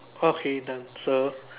okay done so